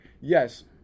yes